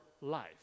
life